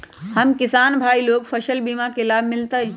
हम किसान भाई लोग फसल बीमा के लाभ मिलतई?